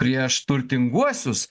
prieš turtinguosius